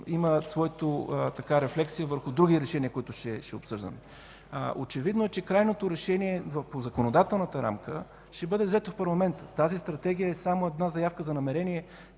има своята рефлексия върху други решения, които ще обсъждаме. Очевидно е, че крайното решение по законодателната рамка ще бъде взето в парламента. Тази Стратегия е само една заявка за намерение,